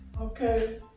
okay